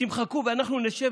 לקדם נושאים,